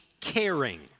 caring